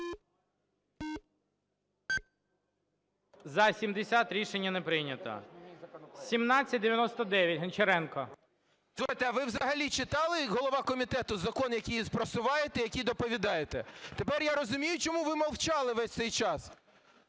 За-70 Рішення не прийнято. 1799, Гончаренко. 16:08:38 ГОНЧАРЕНКО О.О. Слухайте, а ви взагалі читали як голова комітету закон, який просуваєте, який доповідаєте? Тепер я розумію, чому ви мовчали весь цей час.